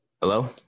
Hello